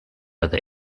other